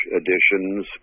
editions